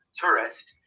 tourist